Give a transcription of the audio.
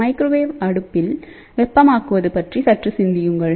microwave அடுப்பில் வெப்பமாக்குவது பற்றி சற்று சிந்தியுங்கள்